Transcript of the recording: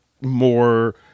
more